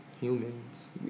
humans